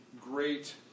great